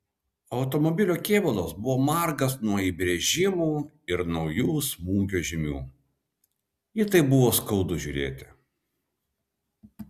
automobilio kėbulas buvo margas nuo įbrėžimų ir naujų smūgių žymių į tai buvo skaudu žiūrėti